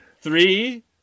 Three